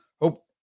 Hope